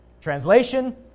Translation